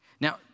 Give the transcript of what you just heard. Now